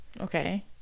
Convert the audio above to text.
Okay